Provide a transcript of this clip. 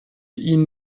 ihnen